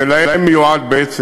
ולהם מיועד בעצם,